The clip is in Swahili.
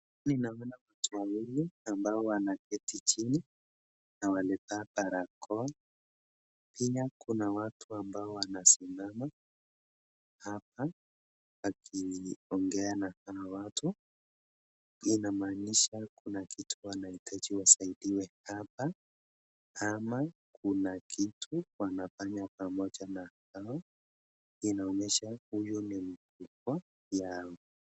Ninaona watu wawili ambao wanaketi chini na walivaa barakoa. Pia kuna watu ambao wanasimama hapa wakiongea na hawa watu. Inamaanisha kuna kitu wanahitaji wasaidiwe hapa ama kuna kitu wanafanya pamoja na hao. Inaonyesha huyo ni mkuu wao.